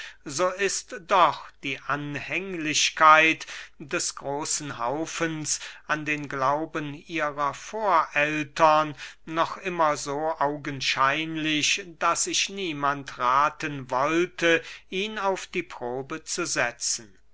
so ist doch die anhänglichkeit des großen haufens an den glauben ihrer vorältern noch immer so augenscheinlich daß ich niemand rathen wollte ihn auf die probe zu setzen